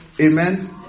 Amen